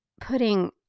putting